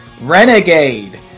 Renegade